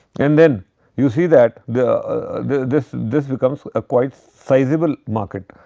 and, then you see that the the this this becomes a quite sizable market.